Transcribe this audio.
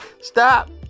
Stop